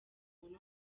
muntu